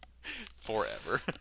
Forever